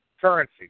currency